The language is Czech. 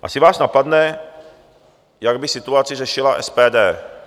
Asi vás napadne, jak by situaci řešila SPD.